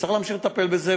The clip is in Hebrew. צריך להמשיך לטפל בזה,